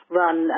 run